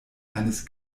eines